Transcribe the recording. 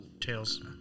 Tails